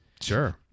Sure